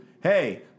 hey